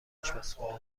آشپزخونه